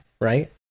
right